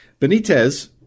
Benitez